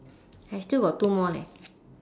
I still got two more leh